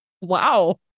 Wow